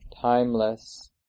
timeless